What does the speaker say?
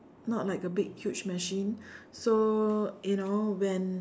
not like a big huge machine so you know when